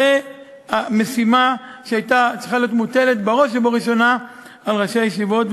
זאת המשימה שהייתה צריכה להיות מוטלת בראש ובראשונה על ראשי הישיבות,